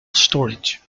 storage